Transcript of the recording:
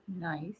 Nice